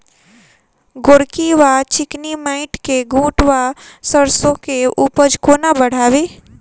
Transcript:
गोरकी वा चिकनी मैंट मे गोट वा सैरसो केँ उपज कोना बढ़ाबी?